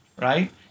right